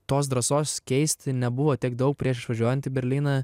tos drąsos keisti nebuvo tiek daug prieš išvažiuojant į berlyną